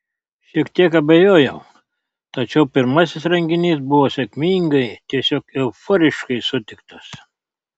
šiek tiek abejojau tačiau pirmasis renginys buvo sėkmingai tiesiog euforiškai sutiktas